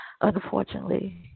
Unfortunately